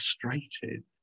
frustrated